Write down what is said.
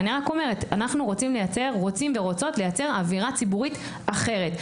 אנחנו רוצים ורוצות לייצר אווירה ציבורית אחרת.